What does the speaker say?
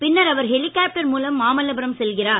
பின்னர் அவர் ஹெலிகாப்டர் மூலம் மாமல்லபுரம் செல்கிறார்